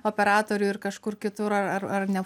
operatorių ir kažkur kitur ar ar ar ne